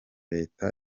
leta